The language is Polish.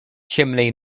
ciemnej